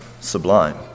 sublime